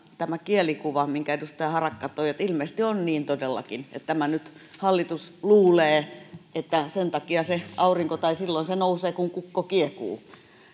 tämä kielikuva minkä edustaja harakka toi että ilmeisesti on niin todellakin että nyt tämä hallitus luulee että silloin se aurinko nousee kun kukko kiekuu